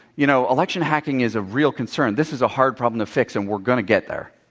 you know, election hacking is a real concern. this is a hard problem to fix, and we're going to get there.